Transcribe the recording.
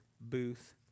Booth